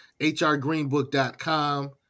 hrgreenbook.com